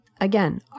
Again